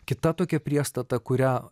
kita tokia priešstata kurią